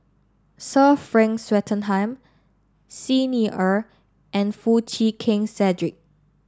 Sir Frank Swettenham Xi Ni Er and Foo Chee Keng Cedric